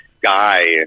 guy